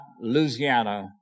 Louisiana